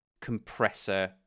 compressor